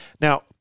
Now